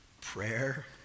prayer